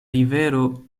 rivero